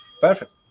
Perfect